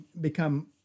become